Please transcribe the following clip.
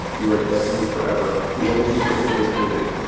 you are dead to me forever what did you think of this movie?